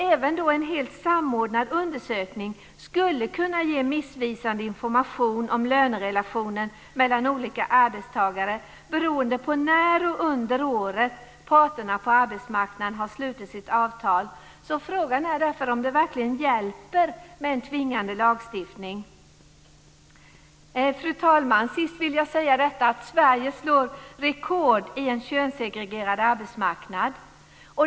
Även en helt samordnad undersökning skulle kunna ge missvisande information om lönerelationen mellan olika arbetstagare beroende på när under året parterna på arbetsmarknaden har slutit sitt avtal. Frågan är därför om det verkligen hjälper med en tvingande lagstiftning. Fru talman! Till sist vill jag säga att Sverige slår rekord i en könssegregerad arbetsmarknad.